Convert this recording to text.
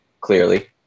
clearly